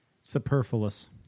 superfluous